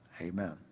Amen